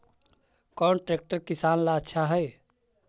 कौन ट्रैक्टर किसान ला आछा है?